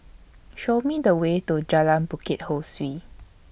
Show Me The Way to Jalan Bukit Ho Swee